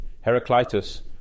Heraclitus